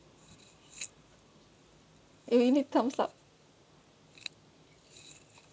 eh you need thumbs up